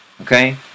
Okay